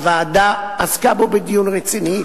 הוועדה עסקה בו בדיון רציני,